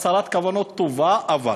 הצהרות כוונות טובה, אבל.